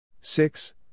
Six